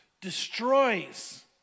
destroys